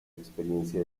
experiencia